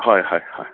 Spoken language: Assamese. হয় হয় হয়